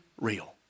real